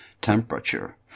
temperature